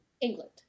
England